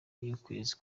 y’ukwezi